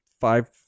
five